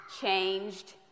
changed